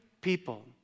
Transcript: people